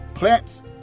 Plants